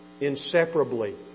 inseparably